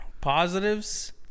Positives